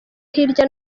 hirya